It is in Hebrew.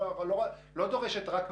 היא לא דורשת רק מהמדינה.